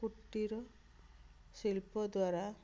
କୁଟିୀର ଶିଳ୍ପ ଦ୍ୱାରା